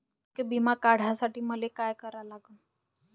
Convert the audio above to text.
आरोग्य बिमा काढासाठी मले काय करा लागन?